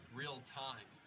real-time